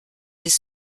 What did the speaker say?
des